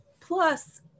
plus